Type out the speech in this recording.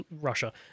Russia